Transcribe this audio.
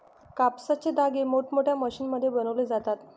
कापसाचे धागे मोठमोठ्या मशीनमध्ये बनवले जातात